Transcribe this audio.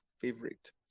favorite